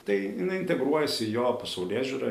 tai jinai integruojasi į jo pasaulėžiūrą